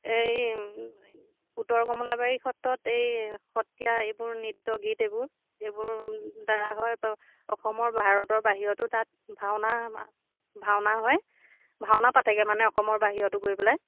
এই উত্তৰ কমলাবাৰী সত্ৰত এই সত্ৰীয়া এইবোৰ নৃত্য গীত এইবোৰ এইবোৰ হয় অসমৰ ভাৰতৰ বাহিৰতো তাত ভাওনা ভাওনা হয় ভাওনা পাতেগৈ মানে অসমৰ বাহিৰতো গৈ পেলাই